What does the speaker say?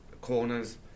corners